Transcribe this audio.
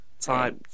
type